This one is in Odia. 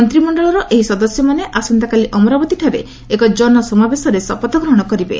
ମନ୍ତ୍ରୀମଣ୍ଡଳର ଏହି ସଦସ୍ୟମାନେ ଆସନ୍ତାକାଲି ଅମରାବତୀଠାରେ ଏକ ଜନ ସମାବେଶରେ ଶପଥ ଗ୍ରହଣ କରିବେ